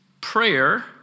prayer